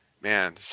man